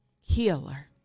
healer